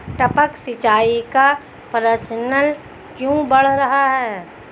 टपक सिंचाई का प्रचलन क्यों बढ़ रहा है?